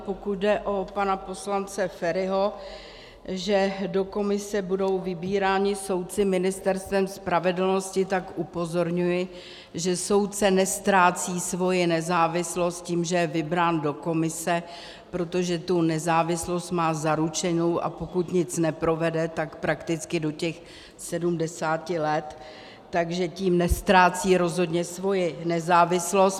Pokud jde o pana poslance Feriho, že do komise budou vybíráni soudci Ministerstvem spravedlnosti, tak upozorňuji, že soudce neztrácí svoji nezávislost tím, že je vybrán do komise, protože tu nezávislost má zaručenou, a pokud nic neprovede, tak prakticky do těch 70 let, takže tím neztrácí rozhodně svoji nezávislost.